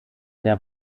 der